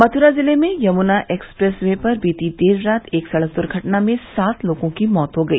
मथुरा जिले में Yamuna expressway पर बीती देर रात एक सड़क दुर्घटना में सात लोगों की मृत्यु हो गई